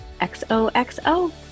XOXO